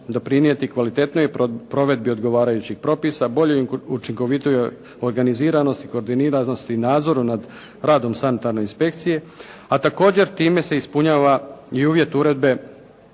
doprinijeti kvalitetnijoj provedbi odgovarajućih propisa, boljoj i učinkovitijoj organiziranosti i koordiniranosti i nadzoru nad radom sanitarne inspekcije, a također time se ispunjava i uvjet uredbe